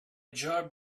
job